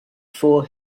four